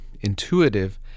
intuitive